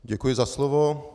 Děkuji za slovo.